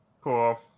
Cool